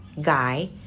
guy